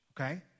okay